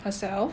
herself